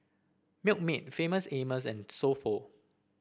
Milkmaid Famous Amos and So Pho